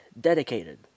dedicated